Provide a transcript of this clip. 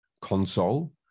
Console